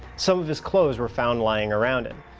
some of his clothes were found lying around him.